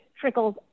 trickles